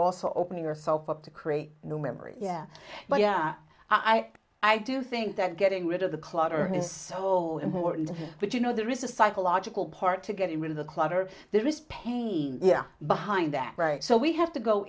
also open yourself up to create new memories yeah but i i i do think that getting rid of the clutter his soul important but you know there is a psychological part to getting rid of the clutter there is pain yeah behind that right so we have to go